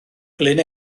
glyn